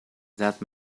that